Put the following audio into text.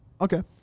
okay